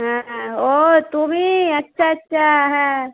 হ্যাঁ ও তুমি আচ্ছা আচ্ছা হ্যাঁ